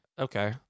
Okay